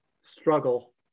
struggle